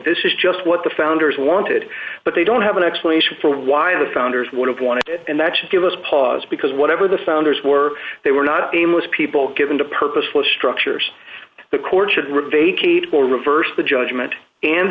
this is just what the founders wanted but they don't have an explanation for why the founders would have wanted it and that should give us pause because whatever the founders were they were not aimless people given to purposeful structures the court should revise kate will reverse the judgment and